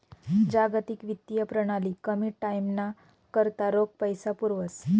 जागतिक वित्तीय प्रणाली कमी टाईमना करता रोख पैसा पुरावस